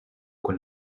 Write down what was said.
con